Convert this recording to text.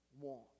want